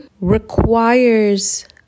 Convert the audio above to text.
requires